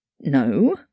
No